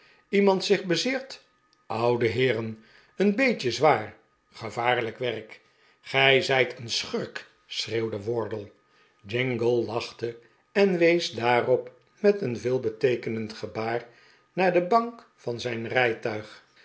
iemand zich bezeerd oude heeren een beetje zwaar gevaarlijk werk gij zijt een schurk schreeuwde wardle jingle lachte en wees daarop met een veelbeteekenend gebaar naar de bank van zijn rijtuig